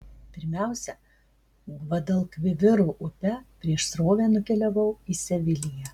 pirmiausia gvadalkviviro upe prieš srovę nukeliavau į seviliją